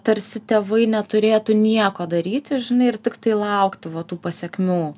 tarsi tėvai neturėtų nieko daryti žinai ir tiktai laukti va tų pasekmių